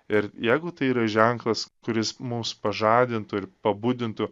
ir jeigu tai yra ženklas kuris mus pažadintų ir pabudintų